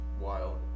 wild